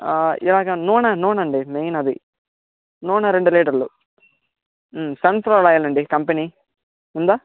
నూనె నూనె అండి మెయిన్ అది నూనె రెండు లీటర్లు సన్ఫ్లవర్ ఆయిల్ అండి కంపెనీ ఉందా